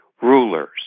rulers